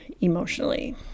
emotionally